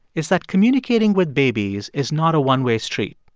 it's that communicating with babies is not a one-way street.